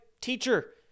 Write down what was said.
teacher